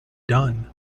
done